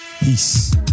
Peace